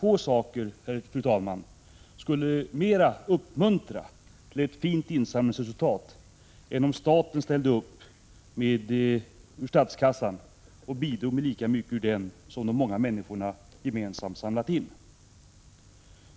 Få saker, fru talman, skulle mera uppmuntra till ett fint insamlingsresultat än om staten ställde upp och bidrog med lika mycket ur statskassan som de många människorna gemensamt samlat in.